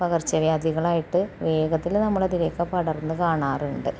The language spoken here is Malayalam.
പകർച്ചവ്യാധികളായിട്ട് വേഗത്തിൽ നമ്മുടെ അതിലേക്ക് പടർന്ന് കാണാറുണ്ട്